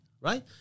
right